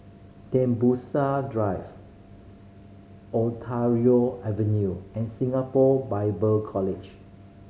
Tembusu Drive Ontario Avenue and Singapore Bible College